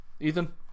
ethan